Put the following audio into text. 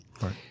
Right